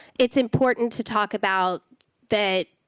it's important to talk about that,